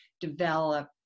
develop